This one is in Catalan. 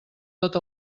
tot